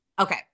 Okay